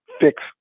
fix